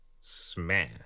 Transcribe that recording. Smash